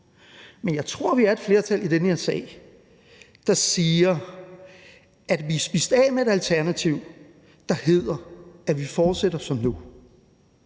Men jeg tror, vi er et flertal i den her sag, der siger, at det at blive spist af med et alternativ, der er, at man fortsætter som nu,